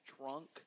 drunk